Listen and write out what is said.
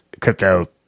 crypto